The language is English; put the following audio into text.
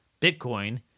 Bitcoin